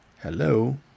hello